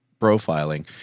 profiling